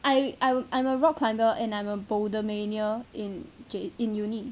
I I I'm a rock climber and I'm a boulder mania in j~ in uni